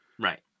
Right